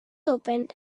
opened